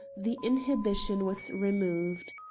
the inhibition was removed.